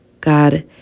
God